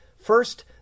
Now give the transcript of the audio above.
First